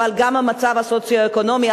אבל גם המצב הסוציו-אקונומי,